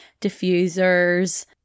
diffusers